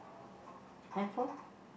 handphone